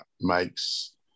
makes